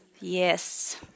Yes